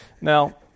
Now